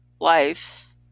life